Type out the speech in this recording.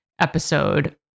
episode